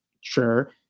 sure